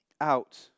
out